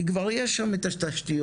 כי כבר יש שם את התשתיות,